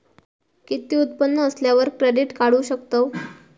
किती उत्पन्न असल्यावर क्रेडीट काढू शकतव?